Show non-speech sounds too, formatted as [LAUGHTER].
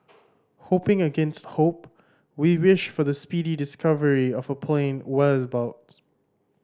hoping against hope we wish for the speedy discovery of plane [UNINTELLIGIBLE] boats